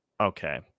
Okay